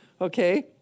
okay